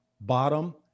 bottom